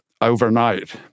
overnight